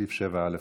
סעיף 7א,